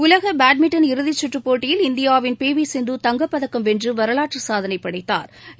உலகபேட்மிண்டன் இறுதிச்சுற்றுப்போட்டியில் இந்தியாவின் பிவிசிந்து தங்கப்பதக்கம் வென்றுவரலாற்றுசாதனைபடைத்தாா்